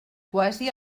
quasi